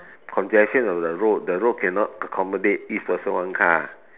congestion of the road the road cannot accommodate each person one car